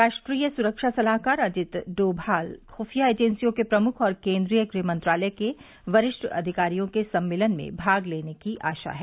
राष्ट्रीय सुरक्षा सलाहकार अजित डोमाल खुफिया एजेंसियों के प्रमुख और केन्द्रीय गृह मंत्रालय के वरिष्ठ अधिकारियों के सम्मेलन में भाग लेने की आशा है